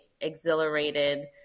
exhilarated